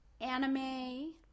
anime